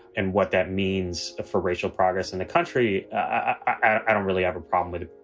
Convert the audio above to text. and what that means for racial progress in the country. i don't really have a problem with